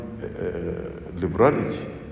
liberality